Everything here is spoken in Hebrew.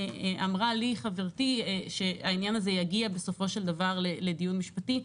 אמרה לי-היא חברתי שהעניין הזה יגיע בסופו של דבר לדיון משפטי.